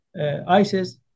ISIS